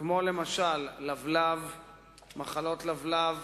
כמו למשל מחלות לבלב,